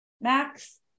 Max